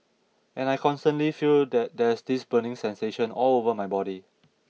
and I constantly feel that there's this burning sensation all over my body